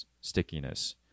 stickiness